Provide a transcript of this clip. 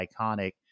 iconic